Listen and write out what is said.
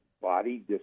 body